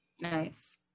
Nice